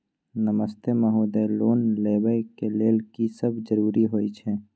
नमस्ते महोदय, लोन लेबै के लेल की सब जरुरी होय छै?